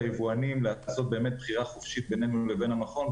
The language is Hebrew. היבואנים לעשות בחירה חופשית בינינו לבין המכון,